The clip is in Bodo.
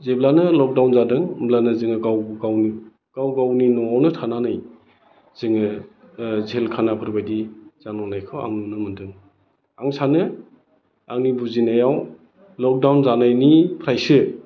जेब्लानो लकडाउन जादों अब्लानो जोङो गाव गावनि गाव गावनि न'आवनो थानानै जोङो जेल खानाफोरबायदि जों नुनायखौ आं नुनो मोनदों आं सानो आंनि बुजिनायाव लकडाउन जानायनिफ्रायसो